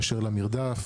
באשר למרדף.